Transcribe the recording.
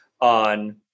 on